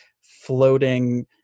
floating